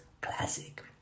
Classic